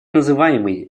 называемый